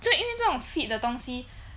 就因为这种 fit 的东西